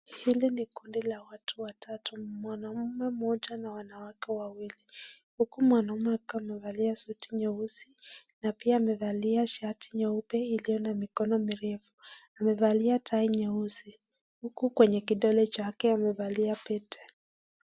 Hili ni kundi la watu watatu, mwanaume moja na wanawake wawili, huku mwanaume akiwa amevalia suti nyeusi na pia amevalia shati nyeupe iliyo na mikono mirefu. Amevalia tai nyeusi huku kwenye kidole chake amevalia pete.